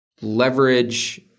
leverage